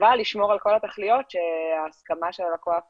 אבל לשמור על כל התכליות שההסכמה שלה לקוח משרתת.